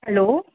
hello